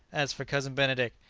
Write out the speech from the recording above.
as for cousin benedict,